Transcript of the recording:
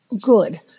good